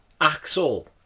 Axel